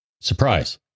surprise